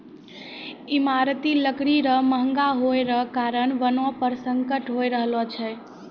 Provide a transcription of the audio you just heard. ईमारती लकड़ी रो महगा होय रो कारण वनो पर संकट होय रहलो छै